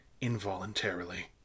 involuntarily